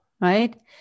right